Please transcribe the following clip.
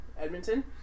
Edmonton